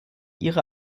ihre